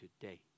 today